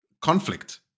conflict